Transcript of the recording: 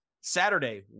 Saturday